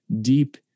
deep